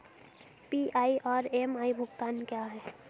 PI और MI भुगतान क्या हैं?